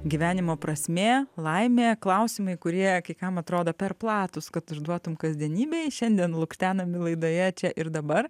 gyvenimo prasmė laimė klausimai kurie kai kam atrodo per platūs kad užduotum kasdienybėj šiandien lukštenami laidoje čia ir dabar